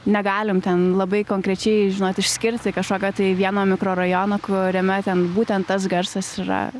negalim ten labai konkrečiai žinot išskirti kažkokio tai vieno mikrorajono kuriame ten būtent tas garsas yra